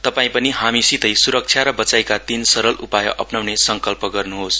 तपाई पनि हामीसितै सुरक्षा र वचाइका तीन सरल उपाय अप्नाउने संकल्प गर्नुहोस